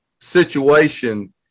situation